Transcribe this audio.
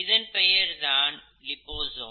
இதன் பெயர்தான் லிபோசோம்